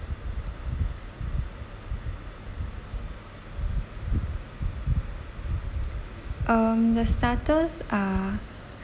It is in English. um the starters are